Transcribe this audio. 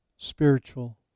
Spiritual